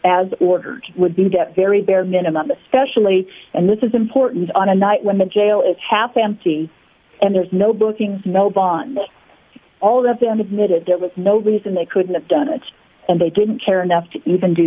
as ordered would be to get very bare minimum especially and this is important on a night when the jail is half empty and there's no booking melbourne all of them admitted there was no reason they couldn't have done it and they didn't care enough to even do